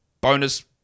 bonus